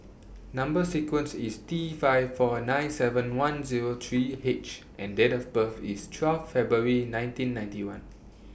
Number sequence IS T five four nine seven one Zero three H and Date of birth IS twelve February nineteen ninety one